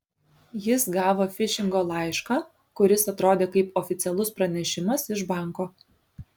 jis gavo fišingo laišką kuris atrodė kaip oficialus pranešimas iš banko